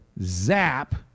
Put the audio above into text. zap